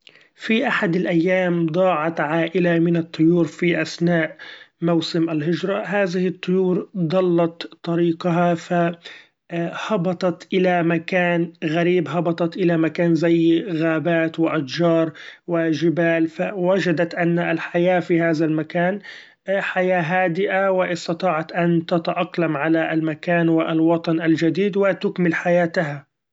في أحد الأيام ضاعت عائلة من الطيور في أثناء موسم الهچرة! هذه الطيور ضلت طريقها ف هبطت الى مكان غريب! هبطت الى مكان زي غابات واشچار وچبال، ووچدت إن الحياة في هذا المكان حياة هادئة ، واستطاعت أن تتأقلم على المكان والوطن الچديد وتكمل حياتها!